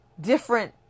different